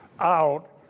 out